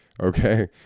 okay